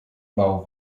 bał